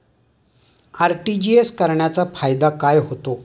RTGS करण्याचा फायदा काय होतो?